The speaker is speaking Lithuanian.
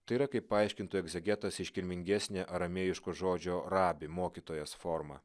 tai yra kaip paaiškintų egzegetas iškilmingesnė aramėjiško žodžio rabi mokytojas forma